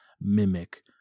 Mimic